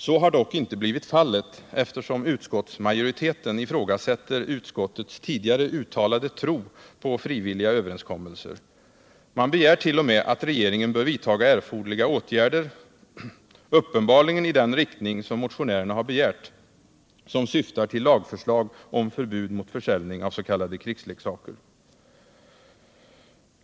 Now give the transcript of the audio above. Så har dock inte blivit fallet, eftersom utskottsmajoriteten ifrågasätter utskottets tidigare uttalade tro på frivilliga överenskommelser. Man begär till och med att regeringen skall vidta erforderliga åtgärder, uppenbarligen i den riktning som motionärerna har begärt, som syftar till lagförslag om förbud mot försäljning av s.k. krigsleksaker.